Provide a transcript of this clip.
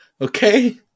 Okay